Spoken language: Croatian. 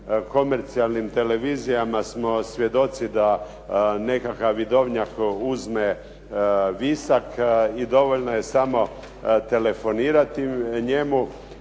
komercijalnim televizijama smo svjedoci da nekakav vidovnjak uzme visak i dovoljno je samo telefonirati njemu